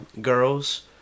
girls